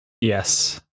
Yes